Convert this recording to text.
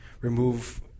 remove